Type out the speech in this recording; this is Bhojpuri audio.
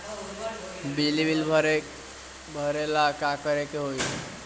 बिजली बिल भरेला का करे के होई?